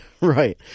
Right